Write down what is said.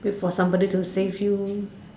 wait for somebody to save you